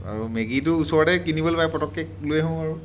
আৰু মেগীটো ওচৰতে কিনিবলৈ পায় পটককৈ লৈ আহোঁ আৰু